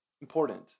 important